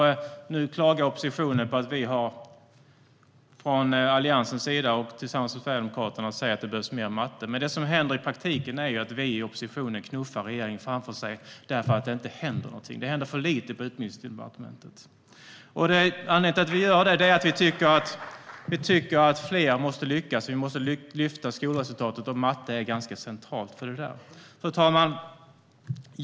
Nu klagar regeringssidan på att Alliansen tillsammans med Sverigedemokraterna säger att det behövs mer matte. Men det som händer i praktiken är att vi i oppositionen knuffar regeringen framför oss eftersom det inte händer någonting. Det händer för lite på Utbildningsdepartementet. Anledningen till att vi gör det är att vi tycker att fler måste lyckas. Vi måste lyfta skolresultatet, och då är matte ganska centralt. Fru talman!